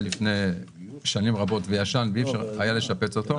לפני שנים רבות ואי אפשר היה לשפץ אותו,